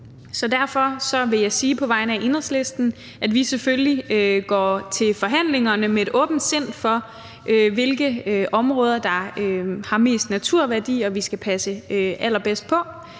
Så derfor vil jeg sige på vegne af Enhedslisten, at vi selvfølgelig går til forhandlingerne med et åbent sind, i forhold til hvilke områder der har mest naturværdi, og som vi skal passe allerbedst på,